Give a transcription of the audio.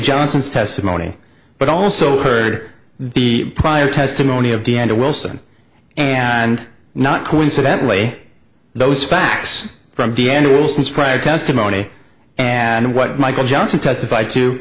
johnson's testimony but also heard the prior testimony of deanna wilson and not coincidentally those facts from vienna wilson's prior testimony and what michael johnson testif